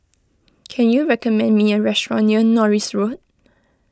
can you recommend me a restaurant near Norris Road